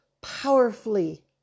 powerfully